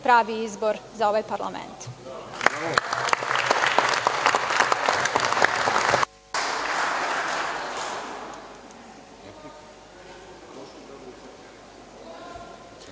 pravi izbor za ovaj parlament.